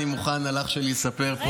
אני מוכן על אח שלי לספר פה,